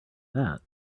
that